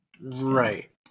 Right